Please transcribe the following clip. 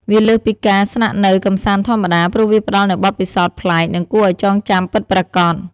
វាលើសពីការស្នាក់នៅកម្សាន្តធម្មតា ព្រោះវាផ្ដល់នូវបទពិសោធន៍ប្លែក និងគួរឱ្យចងចាំពិតប្រាកដ។